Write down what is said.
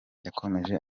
yakomeje